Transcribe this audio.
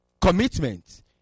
Commitment